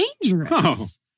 dangerous